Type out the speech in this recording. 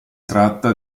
tratta